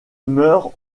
meurent